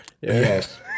Yes